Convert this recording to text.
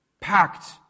Packed